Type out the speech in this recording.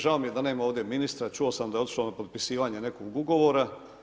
Žao mi je da nema ovdje ministra, čuo sam da je otišao na potpisivanje nekog ugovora.